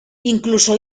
incluso